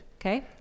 Okay